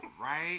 right